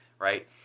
right